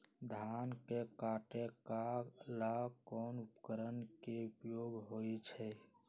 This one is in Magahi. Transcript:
धान के काटे का ला कोंन उपकरण के उपयोग होइ छइ?